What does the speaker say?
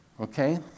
Okay